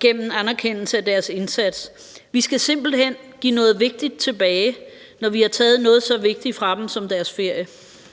gennem anerkendelse af deres indsats. Vi skal simpelt hen give noget vigtigt tilbage, når vi har taget noget så vigtigt fra dem som deres ferie.